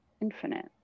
infinite